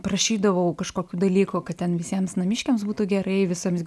prašydavau kažkokių dalykų kad ten visiems namiškiams būtų gerai visoms